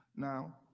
now